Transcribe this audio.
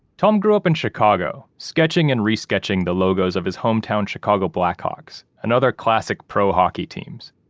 tom grew up in chicago, sketching and re-sketching the logos of his hometown chicago blackhawks and other classic pro-hockey teams.